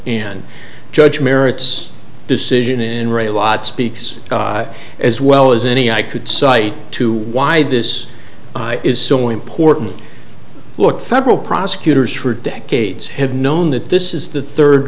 and judge merits decision and are a lot speaks as well as any i could cite to why this is so important to look federal prosecutors for decades have known that this is the third